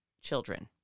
children